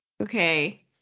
okay